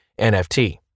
NFT